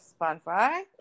Spotify